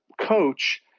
coach